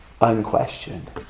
unquestioned